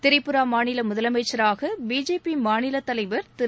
திரிபுரா மாநில முதலமைச்சராக பிஜேபி மாநில தலைவர் திரு